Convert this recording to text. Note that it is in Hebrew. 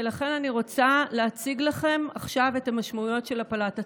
ולכן אני רוצה להציג לכם עכשיו את המשמעויות של הפלת הצו.